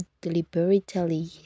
deliberately